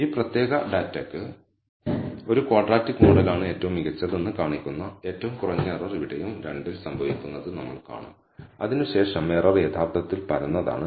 ഈ പ്രത്യേക ഡാറ്റയ്ക്ക് ഒരു ക്വാഡ്രാറ്റിക് മോഡലാണ് ഏറ്റവും മികച്ചതെന്ന് കാണിക്കുന്ന ഏറ്റവും കുറഞ്ഞ എറർ ഇവിടെയും 2 ൽ സംഭവിക്കുന്നത് നമ്മൾ കാണും അതിനുശേഷം എറർ യഥാർത്ഥത്തിൽ പരന്നതാണ്